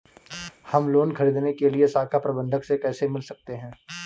हम लोन ख़रीदने के लिए शाखा प्रबंधक से कैसे मिल सकते हैं?